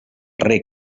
reg